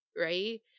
right